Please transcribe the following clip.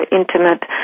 intimate